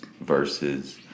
versus